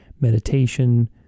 meditation